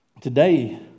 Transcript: Today